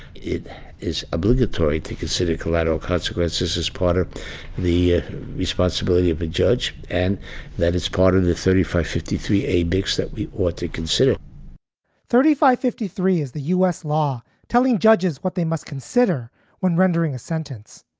it is obligatory to consider collateral consequences as part of ah the responsibility of a judge. and that is part of the thirty five fifty three, a big that we ought to consider thirty five. fifty three. is the u s. law telling judges what they must consider when rendering a sentence?